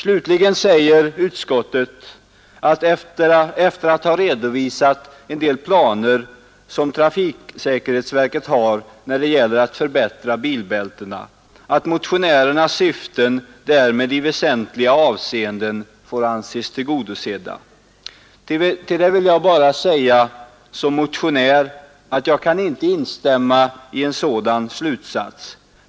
Efter att ha redovisat en del planer som trafiksäkerhetsverket har när det gäller att förbättra bilbältena, säger utskottet till slut att motionärernas syften därmed i väsentliga avseenden får anses tillgodosedda. Till det vill jag bara säga som motionär att jag inte kan instämma i en sådan slutsats.